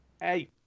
Hey